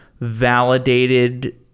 validated